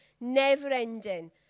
never-ending